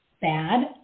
bad